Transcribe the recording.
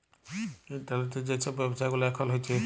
ইলটারলেটে যে ছব ব্যাব্ছা গুলা এখল হ্যছে